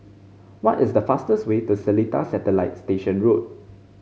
what is the fastest way to Seletar Satellite Station Road